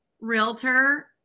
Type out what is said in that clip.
realtor